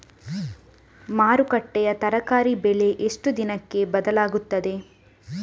ಮಾರುಕಟ್ಟೆಯ ತರಕಾರಿ ಬೆಲೆ ಎಷ್ಟು ದಿನಕ್ಕೆ ಬದಲಾಗುತ್ತದೆ?